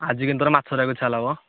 ଆଜି କେମିତି ତୋର ମାଛ ଧରିବାକୁ ଇଚ୍ଛା ହେଲା ମ